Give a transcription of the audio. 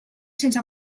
sense